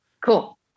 Cool